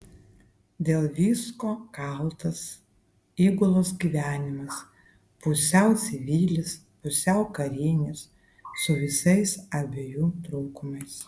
dėl visko kaltas įgulos gyvenimas pusiau civilis pusiau karinis su visais abiejų trūkumais